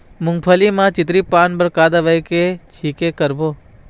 मूंगफली म चितरी पान बर का दवई के छींचे करबो?